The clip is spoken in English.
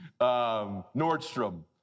Nordstrom